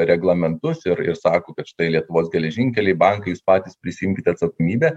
reglamentus ir ir sako kad štai lietuvos geležinkeliai bankai jūs patys prisiimkite atsakomybę